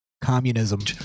Communism